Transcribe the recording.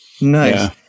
Nice